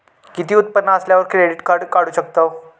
किती उत्पन्न असल्यावर क्रेडीट काढू शकतव?